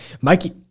Mikey